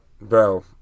bro